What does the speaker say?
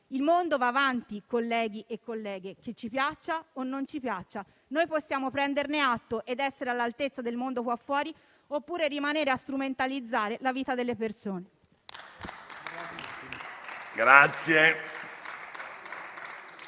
Il mondo va avanti, colleghi e colleghe, che ci piaccia o meno. Noi possiamo prenderne atto ed essere all'altezza del mondo fuori, oppure continuare a strumentalizzare la vita delle persone.